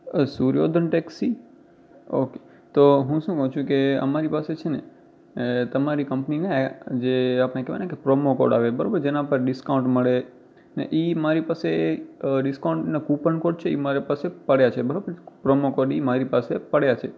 સુર્યોદન taxi okay તો હું શું કહું છું કે અમારી પાસે છે ને અ તમારી કંપનીને જે આપણે કહેવાય ને કે પ્રોમો કોડ આવે બરાબર જેના પર ડિસ્કાઉન્ટ મળે ને એ મારી પાસે અ ડિસ્કાઉન્ટના કૂપન કોડ છે એ મારી પાસે પડ્યા છે બરાબર ને પ્રોમો કોડ એ મારી પાસે પડ્યા છે